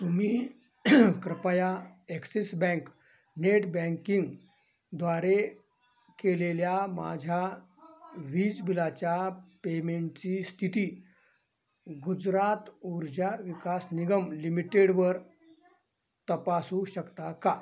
तुम्ही कृपया Axis bank net banking द्वारे केलेल्या माझ्या वीज बिलाच्या पेमेंटची स्थिती गुजरात ऊर्जा विकास निगम लिमिटेडवर तपासू शकता का